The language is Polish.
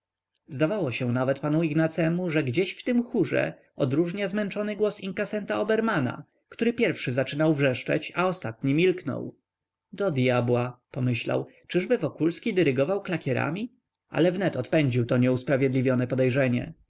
zdawało się nawet panu ignacemu że gdzieś w tym chórze odróżnia zmęczony głos inkasenta obermana który pierwszy zaczynał wrzeszczeć a ostatni milknął do dyabła pomyślał czyżby wokulski dyrygował klakierami ale wnet odpędził to nieusprawiedliwione podejrzenie